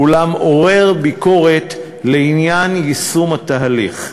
אולם הוא עורר ביקורת לעניין יישום התהליך.